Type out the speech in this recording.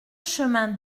chemin